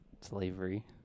slavery